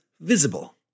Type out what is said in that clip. visible